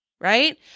right